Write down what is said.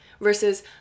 Versus